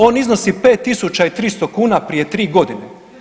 On iznosi 5300 kuna prije 3 godine.